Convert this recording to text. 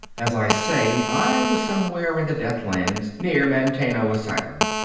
as i say, i was somewhere in the deathlands near manteno asylum.